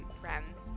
friends